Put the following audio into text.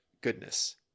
Goodness